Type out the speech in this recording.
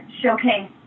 showcase